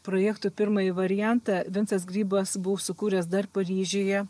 projekto pirmąjį variantą vincas grybas buvo sukūręs dar paryžiuje